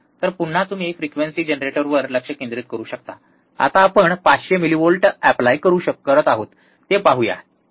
तर पुन्हा तुम्ही फ्रिक्वेंसी जनरेटरवर लक्ष केंद्रित करू शकता आता आपण 500 मिलीव्होल्ट ऎप्लाय करत आहोत ते पाहूया ठीक आहे